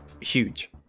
huge